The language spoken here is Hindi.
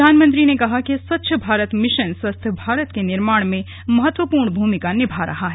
प्रधानमंत्री ने कहा कि स्वच्छ भारत मिशन स्वस्थ भारत के निर्माण में महत्वपूर्ण भूमिका निभा रहा है